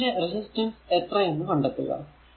ഇതിന്റെ റെസിസ്റ്റൻസ് എത്രയെന്നു കണ്ടെത്തുക